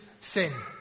sin